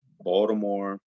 Baltimore